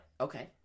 Okay